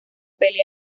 pelea